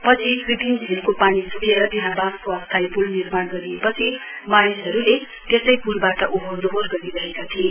पछि कृत्रिम झीलको पानी स्केर त्यहाँ बाँसको अस्थायी पूल निर्माण गरिएपछि मानिसहरूले त्यसै पूलबाट ओहोर दोहोर गरिरहेका थिए